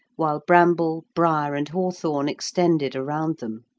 while bramble, briar, and hawthorn extended around them.